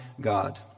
God